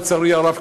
לצערי הרב,